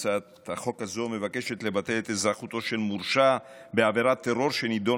הצעת החוק הזו מבקשת לבטל את אזרחותו של מורשע בעבירת טרור שנידון